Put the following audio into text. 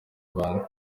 ibanga